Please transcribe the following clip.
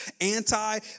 anti